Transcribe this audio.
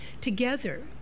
Together